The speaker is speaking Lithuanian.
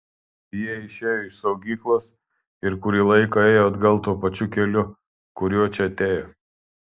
jie išėjo iš saugyklos ir kurį laiką ėjo atgal tuo pačiu keliu kuriuo čia atėjo